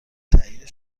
تایید